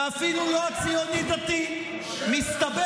שקר